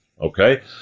okay